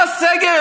מה סגר?